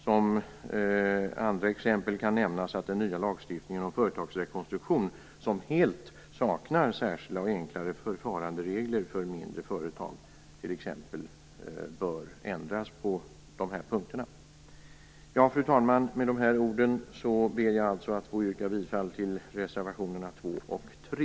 Som andra exempel kan nämnas att den nya lagstiftningen om företagsrekonstruktion, som helt saknar särskilda och enklare förfaranderegler för mindre företag, bör ändras på de här punkterna. Fru talman! Med dessa ord ber jag att än en gång få yrka bifall till reservationerna 2 och 3.